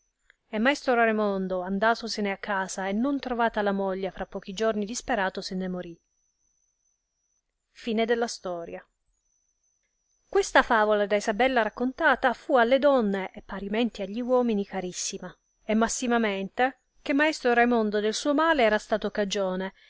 e maestro raimondo andatosene a casa e non trovata la moglie fra pochi giorni disperato se ne morì questa favola da isabella raccontata fu alle donne e parimenti a gli uomini carissima e massimamente che maestro raimondo del suo male era stato cagione